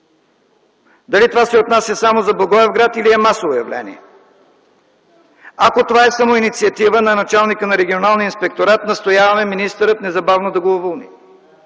Дали това се отнася само до Благоевград, или е масово явление? Ако това е самоинициатива на началника на Регионалния инспекторат, настояваме министърът незабавно да го уволни.